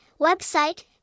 website